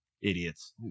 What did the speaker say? idiots